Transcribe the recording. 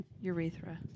urethra